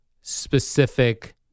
specific